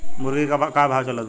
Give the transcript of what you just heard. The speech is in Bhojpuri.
मुर्गा के का भाव चलता?